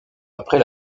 après